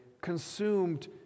consumed